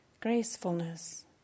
gracefulness